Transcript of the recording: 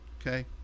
okay